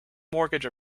mortgage